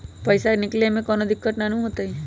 पईसा निकले में कउनो दिक़्क़त नानू न होताई?